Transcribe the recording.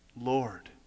Lord